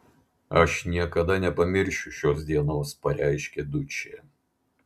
aš niekada nepamiršiu šios dienos pareiškė dučė